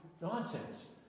nonsense